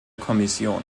kommission